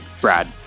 Brad